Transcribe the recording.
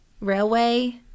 Railway